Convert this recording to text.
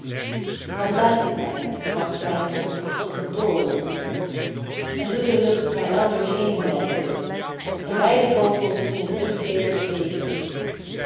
dan blaas ik mij sprak twijfel tot een toren en doe de lucht naar elders henenwijken en beide vogels in t luchtledig zweven